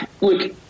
look